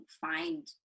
find